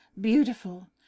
beautiful